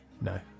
No